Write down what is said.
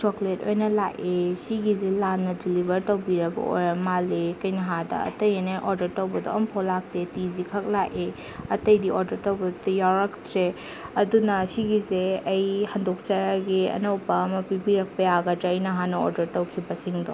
chocolate ꯑꯣꯏꯅ ꯂꯥꯛꯑꯦ ꯁꯤꯒꯤꯁꯦ ꯂꯥꯟꯅ ꯗꯤꯂꯤꯕꯔ ꯇꯧꯕꯤꯔꯛꯄ ꯑꯣꯏꯔ ꯃꯥꯜꯂꯦ ꯀꯩꯅꯣ ꯍꯥꯏꯔꯕꯗ ꯑꯇꯩ ꯑꯩꯅ ꯑꯣꯗꯔ ꯇꯧꯕꯗꯣ ꯑꯃꯐꯥꯎ ꯂꯥꯛꯇꯦ ꯇꯤ ꯖꯤ ꯈꯛ ꯂꯥꯛꯑꯦ ꯑꯇꯩꯗꯤ ꯑꯣꯗꯔ ꯇꯧꯕꯗꯨꯗ ꯌꯥꯎꯔꯛꯇ꯭ꯔꯦ ꯑꯗꯨꯅ ꯁꯤꯒꯤꯁꯦ ꯑꯩ ꯍꯟꯗꯣꯛꯆꯔꯒꯦ ꯑꯅꯧꯕ ꯑꯃ ꯄꯤꯕꯤꯔꯛꯄ ꯌꯥꯒꯗ꯭ꯔꯥ ꯑꯩꯅ ꯍꯥꯟꯅ ꯑꯣꯗꯔ ꯇꯧꯈꯤꯕꯁꯤꯡꯗꯣ